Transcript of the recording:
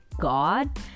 god